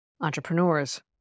entrepreneurs